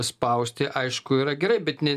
spausti aišku yra gerai bet ne